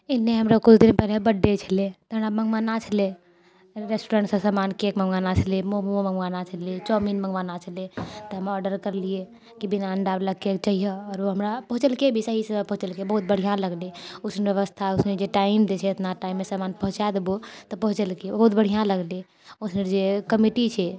इनए हमरा कुछ दिन पहिले बर्थडे छलह तऽ हमरा मँगवाना छलह रेस्टोरेन्टसँ सामान केक मँगवाना छलह मोमो मँगवाना छलह चाउमिन मँगवाना छलह तऽ हम ऑर्डर करलियै कि बिना अण्डाबला केक चाहिऔ आओर ओ हमरा पहुँचेलके भी सहीसँ पहुँचेलके बहुत बढ़िआँ लगले उसमे जे व्यवस्था उसमे जे टाइम दैत छे इतना टाइममे सामान पहुँचा देबहौ तऽ पहुँचेलकय बहुत बढ़िआँ लगले ओकर जे कमिटी छै